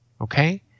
okay